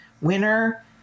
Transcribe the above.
winner